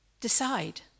Decide